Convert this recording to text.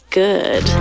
good